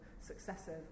successive